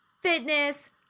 fitness